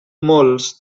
molts